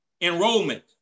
enrollment